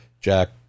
Jack